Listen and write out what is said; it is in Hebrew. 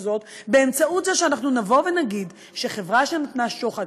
הזאת באמצעות זה שנבוא ונגיד שחברה שנתנה שוחד,